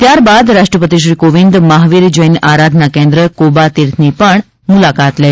ત્યારબાદ રાષ્ટ્રપતિ શ્રી કોવિંદ મહાવીર જૈન આરાધના કેન્દ્ર કોબાતીર્થની મુલાકાત લેશે